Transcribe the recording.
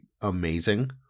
amazing